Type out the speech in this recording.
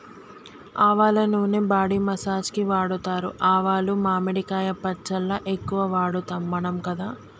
ఆవల నూనె body massage కి వాడుతారు ఆవాలు మామిడికాయ పచ్చళ్ళ ఎక్కువ వాడుతాం మనం కదా